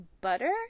Butter